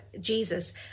Jesus